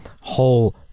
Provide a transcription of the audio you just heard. whole